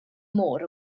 môr